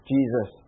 Jesus